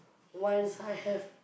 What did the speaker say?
once I have